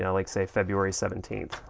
yeah like say february seventeenth,